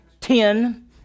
Ten